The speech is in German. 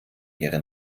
ihre